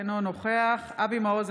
אינו נוכח אבי מעוז,